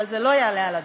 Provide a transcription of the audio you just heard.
אבל זה לא יעלה על הדעת.